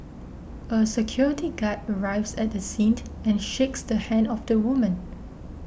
a security guard arrives at the scene and shakes the hand of the woman